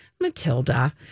matilda